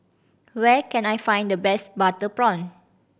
where can I find the best butter prawn